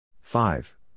five